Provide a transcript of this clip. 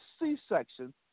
C-section